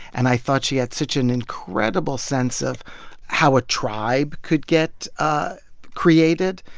and i thought she had such an incredible sense of how a tribe could get ah created.